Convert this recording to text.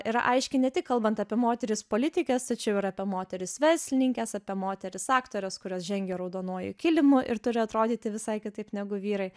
yra aiški ne tik kalbant apie moteris politikes tačiau ir apie moteris verslininkes apie moteris aktores kurios žengia raudonuoju kilimu ir turi atrodyti visai kitaip negu vyrai